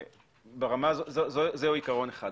זה הוא עיקרון אחד.